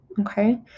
Okay